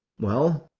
well,